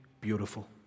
beautiful